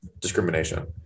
Discrimination